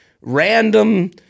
random